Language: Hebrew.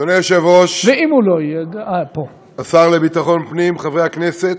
אדוני היושב-ראש, השר לביטחון פנים, חברי הכנסת,